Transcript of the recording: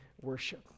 worship